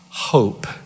hope